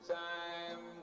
time